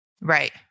Right